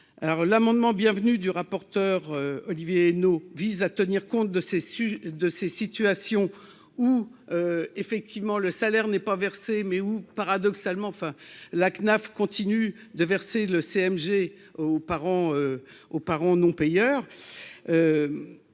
l'amendement bienvenue du rapporteur Olivier Henno, vise à tenir compte de ces sujets de ces situations où, effectivement, le salaire n'est pas versée, mais où, paradoxalement, enfin la CNAF continue de verser le CMG aux parents, aux parents